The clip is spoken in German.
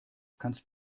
kannst